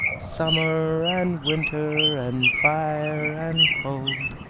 summer and winter, and fire and cold,